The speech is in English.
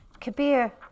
Kabir